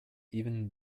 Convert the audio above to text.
even